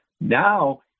Now